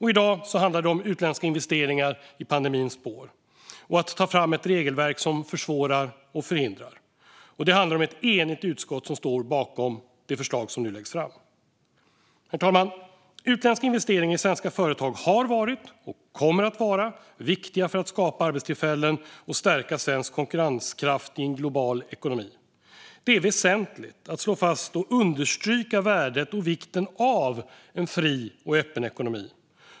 I dag handlar det om utländska investeringar i pandemins spår och om att ta fram ett regelverk som försvårar och förhindrar. Det är ett enigt utskott som står bakom det förslag som nu läggs fram. Herr talman! Utländska investeringar i svenska företag har varit, och kommer att vara, viktiga för att skapa arbetstillfällen och stärka svensk konkurrenskraft i en global ekonomi. Det är väsentligt att slå fast och understryka värdet och vikten av en fri och öppen ekonomi.